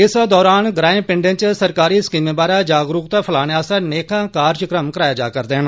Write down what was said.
इस दौरान ग्रांए पिंडें च सरकारी स्कीमें बारै जागरूकता फैलाने आस्तै नेकां कार्यक्रम कराए जा'रदे न